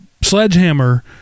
Sledgehammer